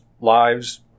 lives